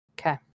Okay